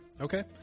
Okay